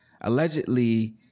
Allegedly